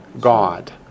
God